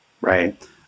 Right